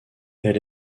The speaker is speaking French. elle